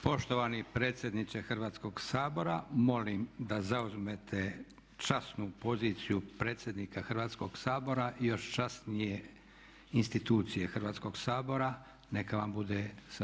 Poštovani predsjedniče Hrvatskog sabora molim da zauzmete časnu poziciju predsjednika Hrvatskog sabora i još časnije institucije Hrvatskog sabora, neka vam bude sa